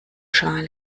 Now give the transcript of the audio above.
schale